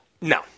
No